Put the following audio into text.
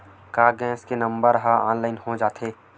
का गैस के नंबर ह ऑनलाइन हो जाथे?